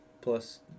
plus